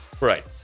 Right